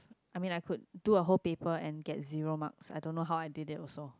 I mean I could do a whole paper and get zero mark I don't know how I did it also